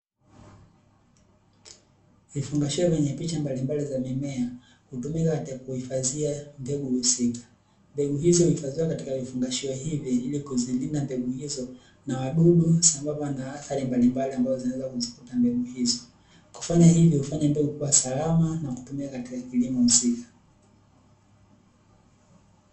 Vifungashio venye picha mbalimbali za mimea, hutumika katika kuhifadhia mbegu husika. Mbegu hizi huifadhiwa katika vifungashio hivi ili kuzilinda mbegu hizo na wadudu sambamba na adhari mbalimbali ambazo zinaweza kuzikuta mbegu hizo. Kufanya hivyo hufanya mbegu kuwa salama, na kutumika kwenye kilimo husika.